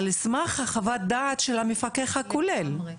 על סמך חוות הדעת של המפקח הכולל?